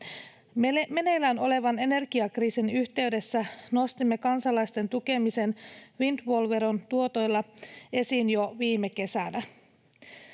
Meneillään olevan energiakriisin yhteydessä nostimme kansalaisten tukemisen windfall-veron tuotoilla esiin jo viime kesänä.